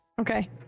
okay